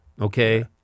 Okay